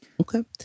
Okay